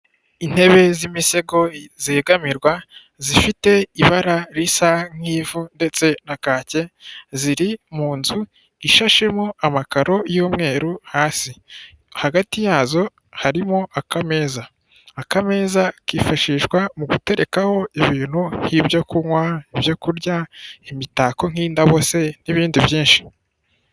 Intebe z'imisego zegamirwa zifite ibara risa nk'ivu ndetse na kake ziri mu nzu ishashemo amakaro y'umweru hasi hagati yazo harimo akameza, akameza kifashishwa mu guterekaho ibintu nk'ibyo kunywa ibyo kurya imitako nk'indabo n'ibindi byinshi.